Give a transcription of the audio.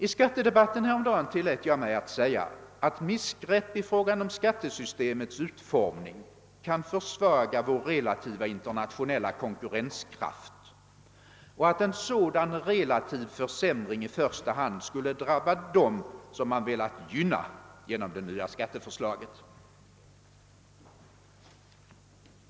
I skattedebatten häromdagen tillät jag mig säga att missgrepp i skattesystemets utformning kan försvaga vår relativa internationella konkurrenskraft och att en sådan försämring skulle i första hand drabba dem man velat gynna genom skatteförslaget.